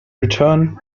returned